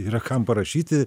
yra kam parašyti